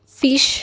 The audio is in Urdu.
فِش